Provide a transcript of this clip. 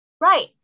Right